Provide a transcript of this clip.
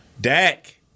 Dak